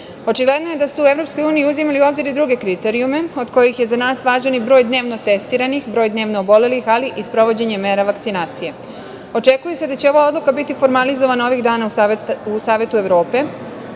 rasta. Očigledno je da su u EU uzimali u obzir i druge kriterijume od kojih je za nas važan broj dnevno testiranih, broj dnevno obolelih, ali i sprovođenje mera vakcinacije. Očekuje se da će ova odluka biti formalizovana ovih dana u Savetu Evrope. Nadam